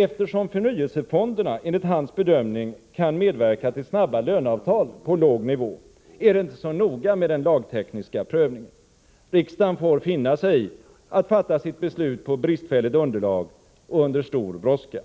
Eftersom förnyelsefonderna enligt finansministerns bedömning kan medverka till snabba löneavtal på låg nivå, är det inte så noga med den lagtekniska prövningen. Riksdagen får finna sig i att fatta sitt beslut på grundval av bristfälligt underlag och under stor brådska.